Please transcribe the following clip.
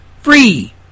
Free